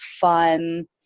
fun